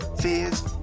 fears